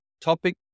topic